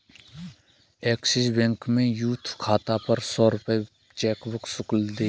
axis bank में youth खाता पर सौ रूपये चेकबुक शुल्क देय है